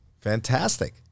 Fantastic